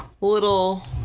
little